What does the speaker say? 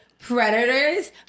Predators